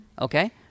okay